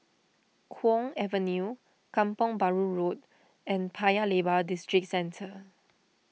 Kwong Avenue Kampong Bahru Road and Paya Lebar Districentre